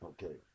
Okay